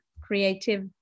creative